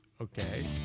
okay